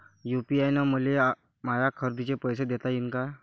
UPI न मले माया खरेदीचे पैसे देता येईन का?